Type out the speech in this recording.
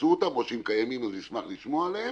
שתעשו אותם, ואם הם קיימים, אז נשמח לשמוע עליהם,